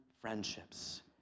friendships